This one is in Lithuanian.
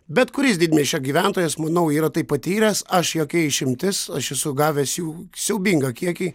bet kuris didmiesčio gyventojas manau yra tai patyręs aš jokia išimtis aš esu gavęs jų siaubingą kiekį